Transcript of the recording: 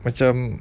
macam